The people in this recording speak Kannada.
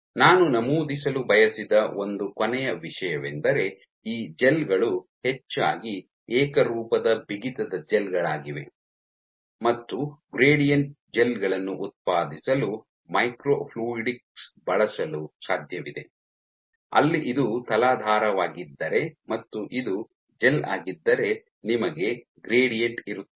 ನಾನು ನಮೂದಿಸಲು ಬಯಸಿದ ಒಂದು ಕೊನೆಯ ವಿಷಯವೆಂದರೆ ಈ ಜೆಲ್ ಗಳು ಹೆಚ್ಚಾಗಿ ಏಕರೂಪದ ಬಿಗಿತದ ಜೆಲ್ ಗಳಾಗಿವೆ ಮತ್ತು ಗ್ರೇಡಿಯಂಟ್ ಜೆಲ್ ಗಳನ್ನು ಉತ್ಪಾದಿಸಲು ಮೈಕ್ರೋಫ್ಲೂಯಿಡಿಕ್ಸ್ ಬಳಸಲು ಸಾಧ್ಯವಿದೆ ಅಲ್ಲಿ ಇದು ತಲಾಧಾರವಾಗಿದ್ದರೆ ಮತ್ತು ಇದು ಜೆಲ್ ಆಗಿದ್ದರೆ ನಿಮಗೆ ಗ್ರೇಡಿಯಂಟ್ ಇರುತ್ತದೆ